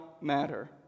matter